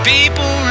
People